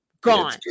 gone